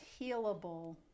healable